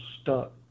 stuck